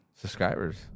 subscribers